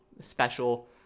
special